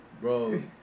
Bro